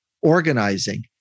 organizing